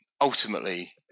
ultimately